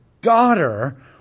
daughter